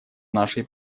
нашей